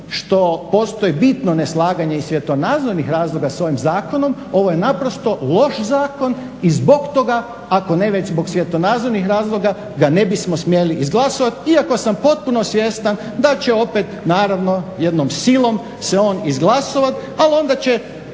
što postoji bitno neslaganje iz svjetonazornih razloga s ovim zakonom, ovo je naprosto loš zakon i zbog toga ako ne već zbog svjetonazornih razloga ga ne bismo smjeli izglasovat, iako sam potpuno svjestan da će opet naravno jednom silom se on izglasovat, al onda će